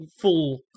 full